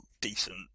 decent